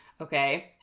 Okay